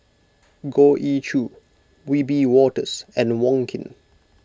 Goh Ee Choo Wiebe Wolters and Wong Keen